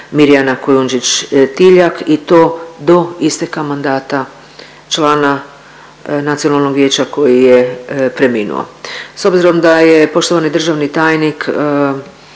Mirjana Kujundžić Tiljak i to do isteka mandata člana nacionalnog vijeća koji je preminuo. S obzirom da je poštovani državni tajnik